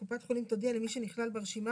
קופת חולים תודיע למי שנכלל ברשימה,